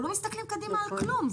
ואנחנו לא מסתכלים קדימה על כלום,